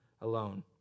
alone